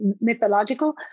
mythological